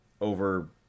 over